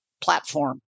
platform